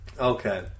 Okay